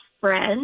friend